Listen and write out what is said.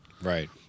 Right